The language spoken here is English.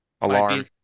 Alarm